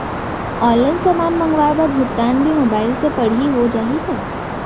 Online समान मंगवाय बर भुगतान भी मोबाइल से पड़ही हो जाही का?